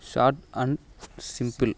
short and simple